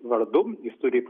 vardu jis turi